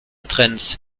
trends